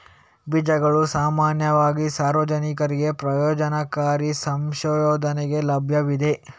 ಬೀಜಗಳು ಸಾಮಾನ್ಯವಾಗಿ ಸಾರ್ವಜನಿಕರಿಗೆ ಪ್ರಯೋಜನಕಾರಿ ಸಂಶೋಧನೆಗೆ ಲಭ್ಯವಿವೆ